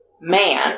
man